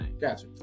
gotcha